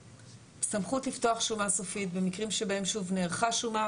סמכות לפתוח שומה סופית במקרים שבהם נערכה שומה